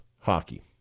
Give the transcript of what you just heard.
hockey